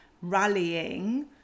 rallying